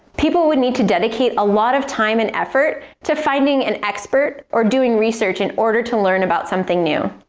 people would need to dedicate a lot of time and effort to finding an expert, or doing research in order to learn about something new.